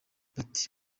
bati